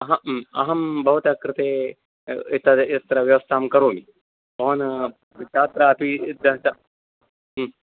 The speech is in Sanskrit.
अह अहं भवतः कृते एत यत्र व्यवस्थां करोमि भवान् छात्रा अपि इत्या च ह्म्